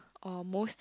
or most